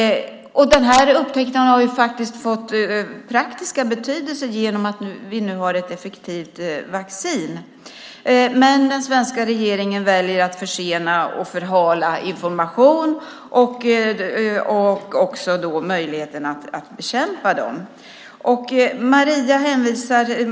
Den upptäckten har faktiskt fått praktisk betydelse genom att vi nu har ett effektivt vaccin. Men den svenska regeringen väljer att försena och förhala informationen och även möjligheten att bekämpa virusen.